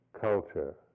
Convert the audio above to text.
culture